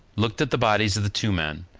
looked at the bodies of the two men,